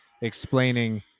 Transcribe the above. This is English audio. explaining